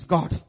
God